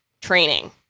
training